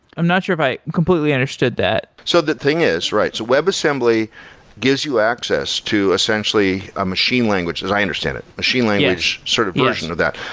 i'm not sure if i completely understood that. so the thing is right. so web assembly gives you access to essentially a machine language, as i understand it, machine language sort of version of that.